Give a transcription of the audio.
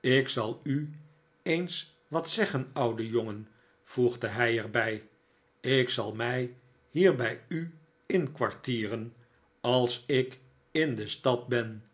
ik zal u eens wat zeggen oude jongen voegde hij er bij ik zal mij hier bij u inkwartieren als ik in de stad ben